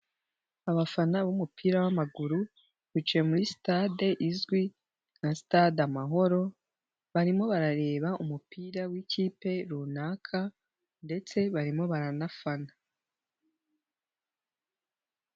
Abafana b'umupira w'amaguru, bicaye muri sitade izwi, nka stade amahoro, barimo barareba umupira w'ikipe runaka, ndetse barimo baranafana.